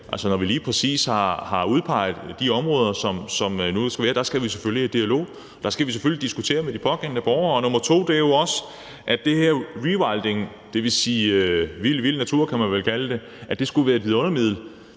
Altså, når vi lige præcis har udpeget de områder, som det nu skal være, skal vi selvfølgelig i dialog. Der skal vi selvfølgelig diskutere med de pågældende borgere. Og dernæst er det jo det her med, at rewilding, dvs. vildvild natur, kan man vel kalde det, skulle være et vidundermiddel.